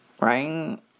rain